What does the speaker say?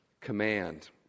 command